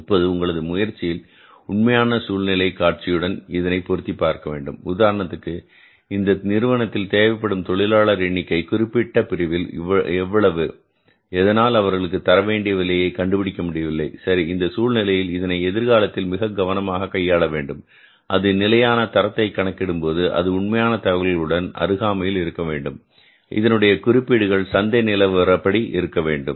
இப்போது உங்களது முயற்சியில் உண்மையான சூழ்நிலை காட்சியுடன் இதனை பொருத்திப் பார்க்க வேண்டும் உதாரணத்திற்கு இந்த நிறுவனத்தில் தேவைப்படும் தொழிலாளர் எண்ணிக்கை குறிப்பிட்ட பிரிவில் எவ்வளவு எதனால் அவர்களுக்கு தரவேண்டிய விலையை கண்டுபிடிக்க முடியவில்லை சரி இந்தச் சூழ்நிலையில் இதனை எதிர்காலத்தில் மிக கவனமாக கையாள வேண்டும் அது நிலையான தரத்தை கணக்கிடும்போது அது உண்மையான தகவல்களுடன் அருகாமையில் இருக்க வேண்டும் இதனுடைய குறிப்பீடுகள் சந்தை நிலவரப்படி இருக்க வேண்டும்